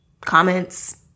comments